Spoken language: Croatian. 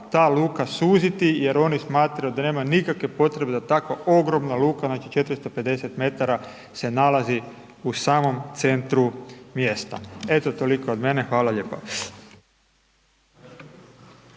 ta luka suziti jer oni smatraju da nema nikakve potrebe da takva ogromna luka, znači 450 metara se nalazi u samom centru mjesta. Eto toliko od mene, hvala lijepa.